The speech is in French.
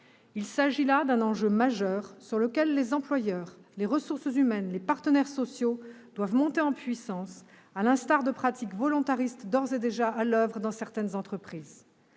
Il s'agit là d'un enjeu majeur, sur lequel les employeurs, les ressources humaines, les partenaires sociaux doivent monter en puissance, en s'inspirant de pratiques volontaristes d'ores et déjà adoptées dans certaines entreprises.